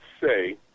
say